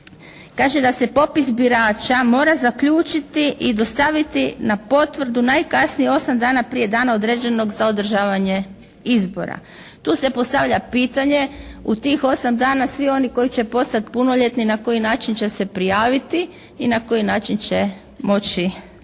kaže da se popis birača mora zaključiti i dostaviti na potvrdu najkasnije 8 dana prije dana određenog za održavanje izbora. Tu se postavlja pitanje, u tih 8 dana svi oni koji će postati punoljetni na koji način će se prijaviti i na koji način će moći glasati.